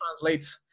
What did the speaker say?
translate